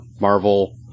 Marvel